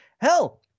Hell